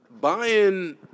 buying